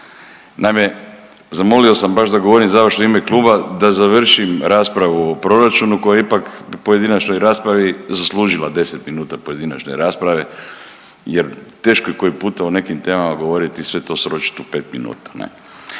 Naime, zamolio sam baš da govorim završno u ime kluba da završim raspravu o proračunu koja je ipak u pojedinačnoj raspravi zaslužila 10 minuta pojedinačne rasprave, jer teško je koji puta o nekim temama govoriti, sve to sročiti u pet minuta.